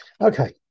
Okay